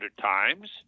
times